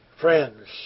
friends